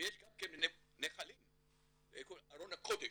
ויש גם כן בנחלים איפה ארון הקודש,